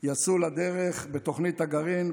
יצאו לדרך בתוכנית הגרעין.